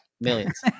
millions